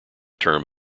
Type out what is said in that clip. term